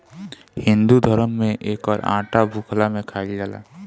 हिंदू धरम में एकर आटा भुखला में खाइल जाला